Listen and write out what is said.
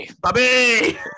Bobby